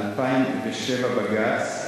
2007, בג"ץ.